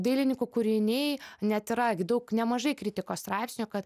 dailinikų kūriniai net yra gi daug nemažai kritikos straipsnių kad